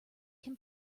can